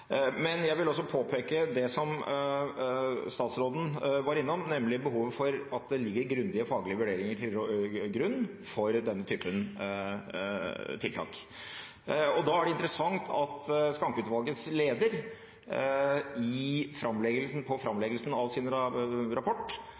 Men jeg vil også påpeke det som statsråden var innom, nemlig behovet for at det ligger grundige faglige vurderinger til grunn for denne typen tiltak. Da er det interessant at Skancke-utvalgets leder i framleggelsen av sin rapport medga at hans og utvalgets synspunkter på